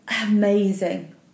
amazing